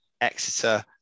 Exeter